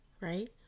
right